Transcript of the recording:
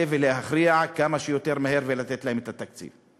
ולהכריע כמה שיותר מהר ולתת להם את התקציב.